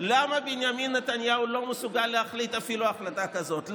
למה בנימין נתניהו לא מסוגל להחליט אפילו החלטה כזאת?